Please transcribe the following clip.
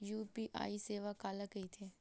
UPI सेवा काला कइथे?